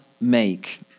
make